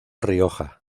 rioja